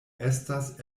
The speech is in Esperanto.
estas